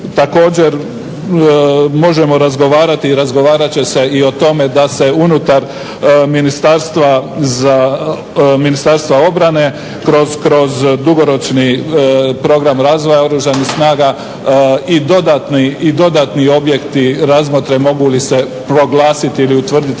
Također možemo razgovarati i razgovarat će se i o tome da se unutar Ministarstva obrane kroz dugoročni program razvoja Oružanih snaga i dodatni objekti razmotre mogu li se proglasiti ili utvrditi